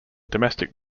domestic